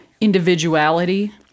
individuality